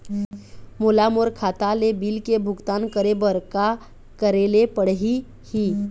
मोला मोर खाता ले बिल के भुगतान करे बर का करेले पड़ही ही?